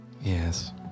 Yes